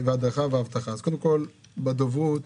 בדוברות